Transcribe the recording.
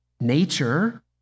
nature